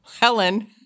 Helen